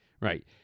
Right